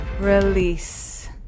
Release